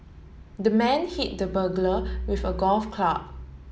the man hit the burglar with a golf club